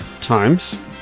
Times